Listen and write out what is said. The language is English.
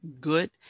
good